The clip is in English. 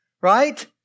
right